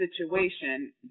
situation